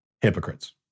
hypocrites